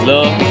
Love